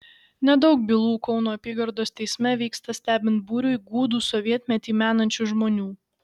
nedaug bylų kauno apygardos teisme vyksta stebint būriui gūdų sovietmetį menančių žmonių